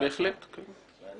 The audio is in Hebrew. אני